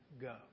go